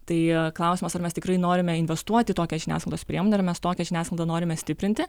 tai klausimas ar mes tikrai norime investuoti į tokią žiniasklaidos priemonę ar mes tokią žiniasklaidą norime stiprinti